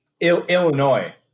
Illinois